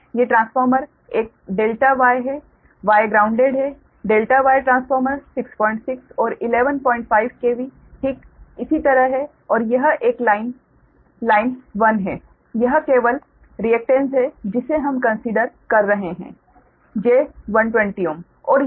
ये ट्रांसफार्मर एक ∆ Y है Y ग्राउंडेड है ∆ Y ट्रांसफार्मर 66 और 115 KV ठीक इसी तरह है और यह एक लाइन लाइन 1 है यह केवल रिएकटेन्स है जिसे हम कंसीडर कर रहे हैं j120Ω